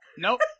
Nope